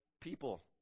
people